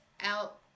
out